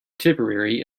tipperary